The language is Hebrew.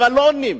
אבל לא עונים.